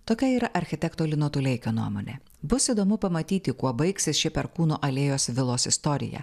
tokia yra architekto lino tuleikio nuomonė bus įdomu pamatyti kuo baigsis ši perkūno alėjos vilos istorija